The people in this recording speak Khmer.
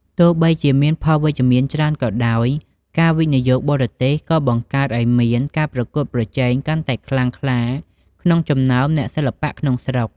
ទោះបីជាមានផលវិជ្ជមានច្រើនក៏ដោយ ការវិនិយោគបរទេសក៏បានបង្កើតឱ្យមានការប្រកួតប្រជែងកាន់តែខ្លាំងក្លាក្នុងចំណោមអ្នកសិល្បៈក្នុងស្រុក។